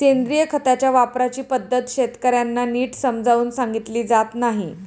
सेंद्रिय खताच्या वापराची पद्धत शेतकर्यांना नीट समजावून सांगितली जात नाही